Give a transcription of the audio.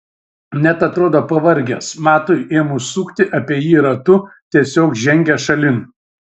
net atrodo pavargęs matui ėmus sukti apie jį ratu tiesiog žengia šalin